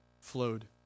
flowed